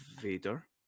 Vader